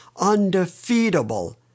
undefeatable